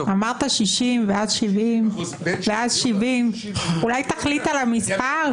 אמרת 60% ואז 70%. אולי תחליט על המספר.